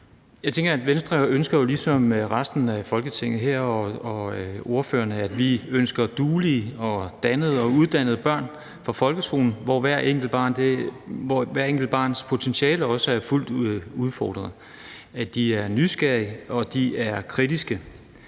Jeg tænker jo, at vi i Venstre ligesom resten af Folketinget og ordførerne her ønsker duelige, dannede og uddannede børn fra folkeskolen, hvor hvert enkelt barns potentiale også er fuldt ud udfordret, at de er nysgerrige, og at de er kritiske,